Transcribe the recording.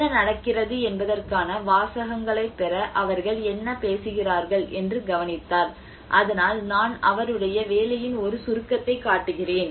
என்ன நடக்கிறது என்பதற்கான வாசகங்களைப் பெற அவர்கள் என்ன பேசுகிறார்கள் என்று கவனித்தார் அதனால் நான் அவருடைய வேலையின் ஒரு சுருக்கத்தைக் காட்டுகிறேன்